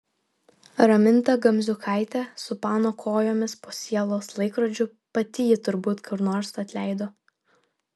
raminta gamziukaitė su pano kojomis po sielos laikrodžiu pati jį turbūt kur nors atleido